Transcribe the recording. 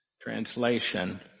translation